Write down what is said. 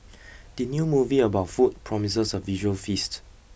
the new movie about food promises a visual feast